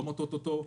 לא מטעות אותו,